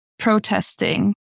Protesting